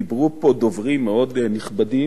דיברו פה דוברים מאוד נכבדים